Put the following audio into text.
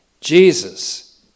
Jesus